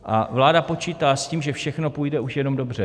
A vláda počítá s tím, že všechno půjde už jenom dobře.